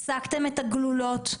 הפסקתם את הגלולות,